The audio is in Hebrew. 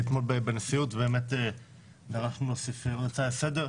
אתמול בנשיאות דרשנו להוסיף הצעה לסדר.